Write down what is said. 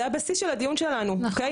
זה הבסיס של הדיון שלנו אוקיי?